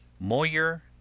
Moyer